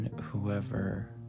whoever